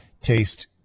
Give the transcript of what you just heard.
Taste